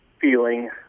feeling